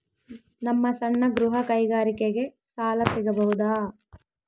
ನಮ್ಮ ಸಣ್ಣ ಗೃಹ ಕೈಗಾರಿಕೆಗೆ ಸಾಲ ಸಿಗಬಹುದಾ?